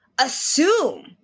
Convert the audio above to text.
assume